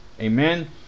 Amen